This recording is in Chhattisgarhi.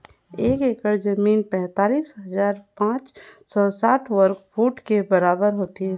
एक एकड़ जमीन तैंतालीस हजार पांच सौ साठ वर्ग फुट के बराबर होथे